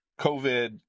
COVID